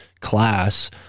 Class